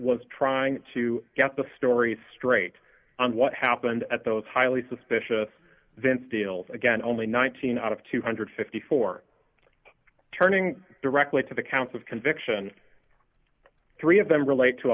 was trying to get the story straight on what happened at those highly suspicious then steals again only nineteen out of two hundred and fifty four turning directly to the counts of conviction three of them relate to